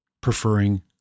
preferring